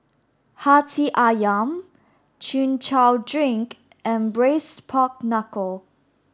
Hati Ayam Chin Chow Drink and braised pork knuckle